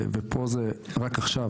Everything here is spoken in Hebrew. ופה זה רק עכשיו,